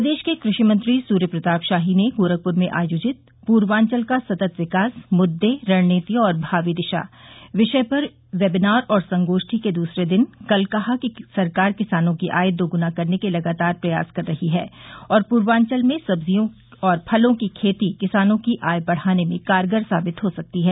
प्रदेश के कृषि मंत्री सूर्य प्रताप शाही ने गोरखपुर में आयोजित पूर्वांचल का सतत विकास मुद्दे रणनीति और भावी दिशा विषय पर वेबिनार और संगोष्ठी के दूसरे दिन कल कहा कि सरकार किसानों की आय दोगुना करने के लगातार प्रयास कर रही है और पूर्वांचल में सब्जियों और फलों की खेती किसानों की आय बढ़ाने में कारगर साबित हो सकती है